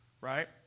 Right